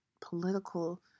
political